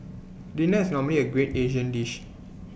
dinner is normally A great Asian dish